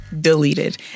deleted